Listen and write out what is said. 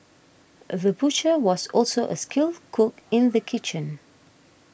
the butcher was also a skilled cook in the kitchen